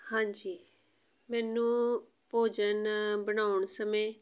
ਹਾਂਜੀ ਮੈਨੂੰ ਭੋਜਨ ਬਣਾਉਣ ਸਮੇਂ